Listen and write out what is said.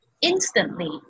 instantly